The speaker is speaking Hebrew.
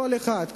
כל אחד,